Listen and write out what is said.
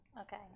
Okay